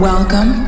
Welcome